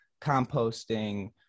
composting